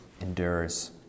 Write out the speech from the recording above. endures